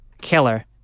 killer